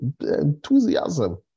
enthusiasm